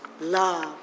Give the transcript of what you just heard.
love